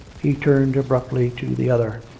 he turned abruptly to the other.